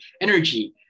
energy